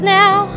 now